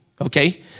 Okay